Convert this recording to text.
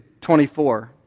24